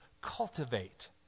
cultivate